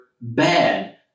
bad